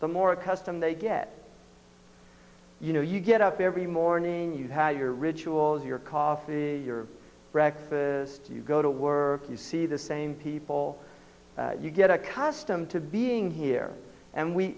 the more accustomed they get you know you get up every morning you had your rituals your coffee your breakfast you go to work you see the same people you get accustomed to being here